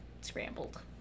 scrambled